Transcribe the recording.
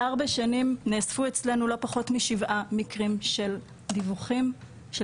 בארבע שנים נאספו אצלנו לא פחות משבעה מקרים של דיווחים של